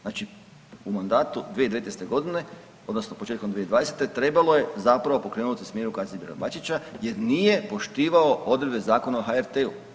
Znači u mandatu 2019. godine, odnosno početkom 2020. trebalo je zapravo pokrenuti smjenu Kazimira Bačića jer nije poštivao odredbe Zakona o HRT-u.